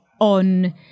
on